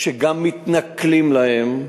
שגם מתנכלים להם.